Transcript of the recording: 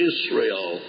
Israel